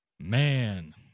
Man